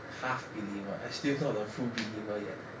half believer I still not a full believer yet